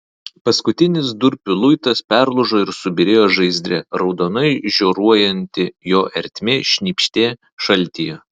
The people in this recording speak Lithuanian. paskutinis durpių luitas perlūžo ir subyrėjo žaizdre raudonai žioruojanti jo ertmė šnypštė šaltyje